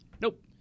nope